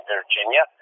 Virginia